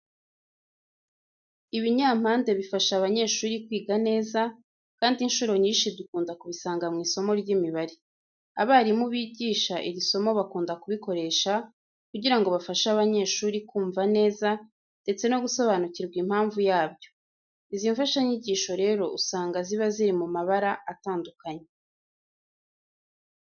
Ibinyampande bifasha abanyeshuri kwiga neza, kandi inshuro nyinshi dukunda kubisanga mu isomo ry'imibare. Abarimu bigisha iri somo bakunda kubikoresha kugira ngo bafashe abanyeshuri kumva neza ndetse no gusobanukirwa impamvu yabyo. Izi mfashanyigisho rero usanga ziba ziri mu mabara atanduakanye.